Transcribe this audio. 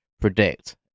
predict